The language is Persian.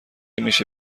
میشه